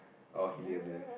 okay he didn't dare